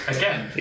again